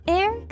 Air